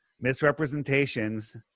misrepresentations